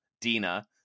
dina